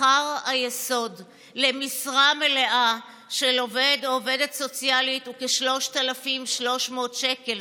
שכר היסוד למשרה מלאה של עובד או עובדת סוציאלית הוא כ-3,300 שקל.